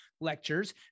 lectures